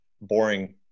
boring